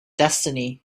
destiny